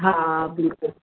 हा बिल्कुलु